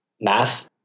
Math